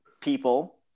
people